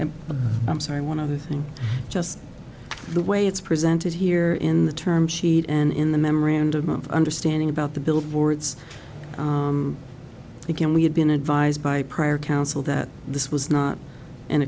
and i'm sorry one of the things just the way it's presented here in the term sheet and in the memorandum of understanding about the billboards again we have been advised by prior counsel that this was not an